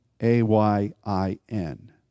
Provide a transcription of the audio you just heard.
A-Y-I-N